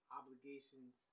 obligations